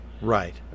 Right